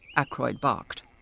ackroyd barked.